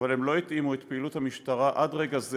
לא התאימו את פעילות המשטרה עד לרגע זה